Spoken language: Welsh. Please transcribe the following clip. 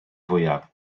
fwyaf